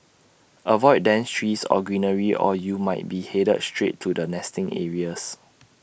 avoid dense trees or greenery or you might be headed straight to their nesting areas